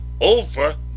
over